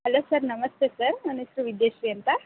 hello sir namaste sir ನನ್ನ ಹೆಸ್ರು ವಿದ್ಯಶ್ರೀ ಅಂತ